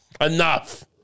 Enough